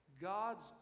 God's